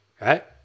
Right